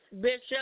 Bishop